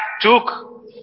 took